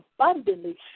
abundantly